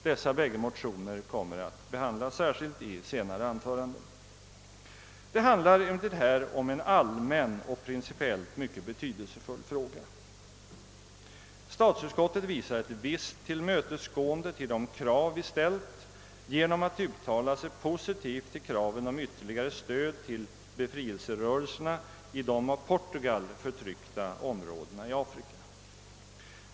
Dessa bägge motioner kommer att behandlas särskilt i ett senare anförande. Det handlar emellertid här om en allmän och principiellt mycket betydelsefull fråga. Statsutskottet visar ett visst tillmötesgående till de krav vi ställt genom att uttala sig positivt till kraven om ytterligare stöd till befrielserörelserna i de av Portugal förtryckta områdena i Afrika.